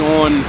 on